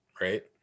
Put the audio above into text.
right